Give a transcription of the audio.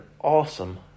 awesome